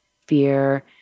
fear